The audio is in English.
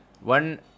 One